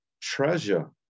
treasure